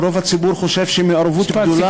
רוב הציבור חושב שמעורבות גדולה יותר של מדינת ישראל,